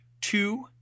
two